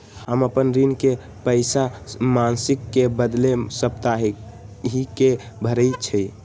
हम अपन ऋण के पइसा मासिक के बदले साप्ताहिके भरई छी